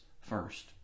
first